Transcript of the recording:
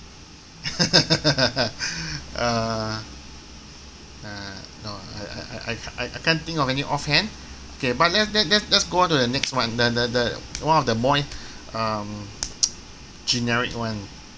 uh ah no I I I I ca~ I can't think of any off hand okay but let let let let's go on to the next one the the the one of the more um generic one